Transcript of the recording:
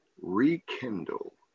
rekindle